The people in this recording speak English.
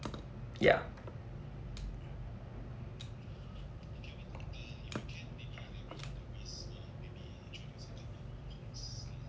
ya